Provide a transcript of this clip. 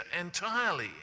entirely